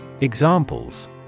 Examples